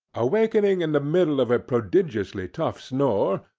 awaking in the middle of a prodigiously tough snore,